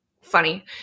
funny